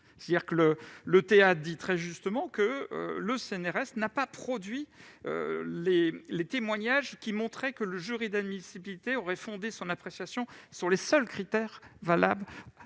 administratif dit, très justement, que le CNRS n'a pas produit les témoignages montrant que le jury d'admissibilité aurait fondé son appréciation sur les seuls critères de